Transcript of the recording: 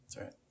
Right